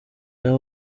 nta